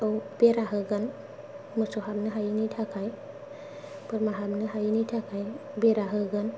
औ बेरा होगोन मोसौ हाबनो हायिनि थाखाय बोरमा हाबनो हायिनि थाखाय बेरा होगोन